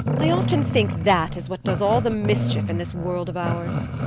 i often think that is what does all the mischief in this world of ours.